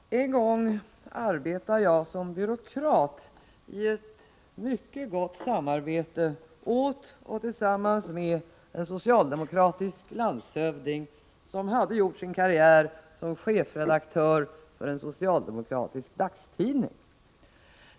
Fru talman! En gång arbetade jag som byråkrat i ett mycket gott samarbete med en socialdemokratisk landshövding som hade gjort sin karriär som chefredaktör för en socialdemokratisk dagstidning.